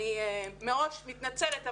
אני מראש מתנצלת,